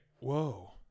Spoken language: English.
whoa